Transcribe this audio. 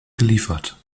geliefert